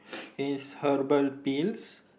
is herbal pills